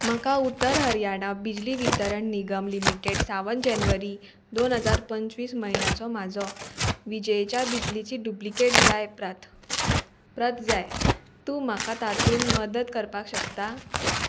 म्हाका उत्तर हरयाणा बिजली वितरण निगम लिमिटेड सावन जानेवारी दोन हजार पंचवीस म्हयन्याचो म्हाजो विजयेच्या बिजलीची डुप्लिकेट जाय प्रत प्रत जाय तूं म्हाका तातूंत मदत करपाक शकता